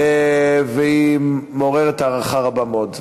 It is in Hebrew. והיא מעוררת הערכה רבה מאוד,